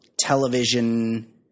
television